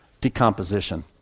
decomposition